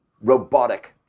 robotic